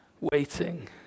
waiting